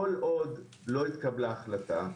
כל עוד לא התקבלה החלטה,